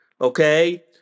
Okay